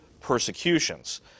persecutions